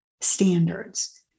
standards